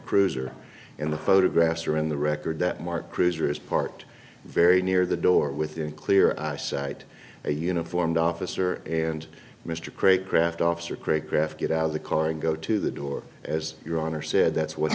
cruiser and the photographs are in the record that mark cruiser is part of very near the door with in clear eyesight a uniformed officer and mr craig craft officer craig graff get out of the car and go to the door as your honor said that